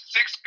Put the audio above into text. Six